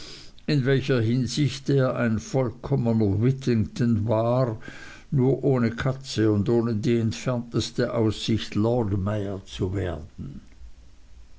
in welcher hinsicht er ein vollkommener whittington war nur ohne katze und ohne die entfernteste aussicht lordmayor zu werden